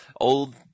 old